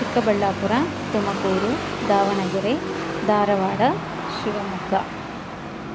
Chikkaballapur Tumakuru Davanagere Dharwad Shivamogga